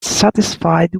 satisfied